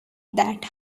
that